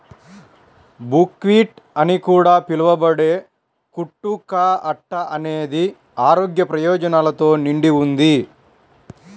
buckwheat అని కూడా పిలవబడే కుట్టు కా అట్ట అనేది ఆరోగ్య ప్రయోజనాలతో నిండి ఉంది